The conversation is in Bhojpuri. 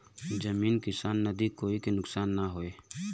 जमीन किसान नदी कोई के नुकसान न होये